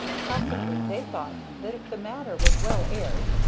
possibly they thought that if the matter was well aired,